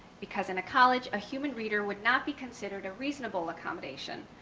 because in a college, a human reader would not be considered a reasonable accommodation.